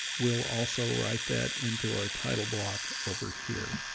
we'll also write that into our title block over here.